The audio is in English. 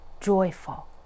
joyful